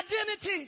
identity